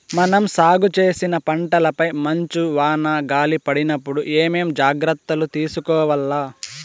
మనం సాగు చేసిన పంటపై మంచు, వాన, గాలి పడినప్పుడు ఏమేం జాగ్రత్తలు తీసుకోవల్ల?